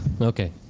Okay